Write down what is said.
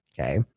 Okay